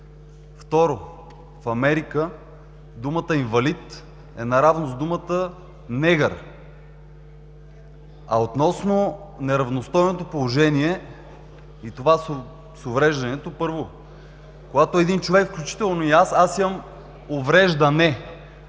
Второ, в Америка думата „инвалид“ е наравно с думата „негър“. Относно неравностойното положение и това с увреждането. Първо, когато един човек, включително и аз – аз имам увреждане,